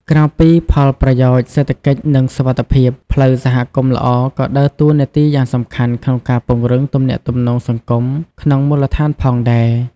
ក្រៅពីផលប្រយោជន៍សេដ្ឋកិច្ច និងសុវត្ថិភាព ផ្លូវសហគមន៍ល្អក៏ដើរតួនាទីយ៉ាងសំខាន់ក្នុងការពង្រឹងទំនាក់ទំនងសង្គមក្នុងមូលដ្ឋានផងដែរ។